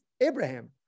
Abraham